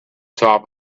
top